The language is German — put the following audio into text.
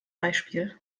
beispiel